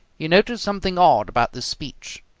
you notice something odd about this speech.